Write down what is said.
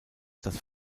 das